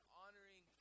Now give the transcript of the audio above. honoring